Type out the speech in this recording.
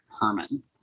Herman